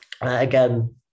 Again